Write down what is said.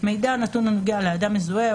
"מידע" נתון הנוגע לאדם מזוהה,